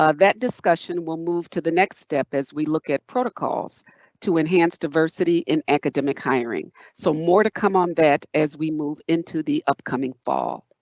ah that discussion will move to the next step as we look at protocols to enhance diversity in academic hiring. so more to come on that as we move into the upcoming fall.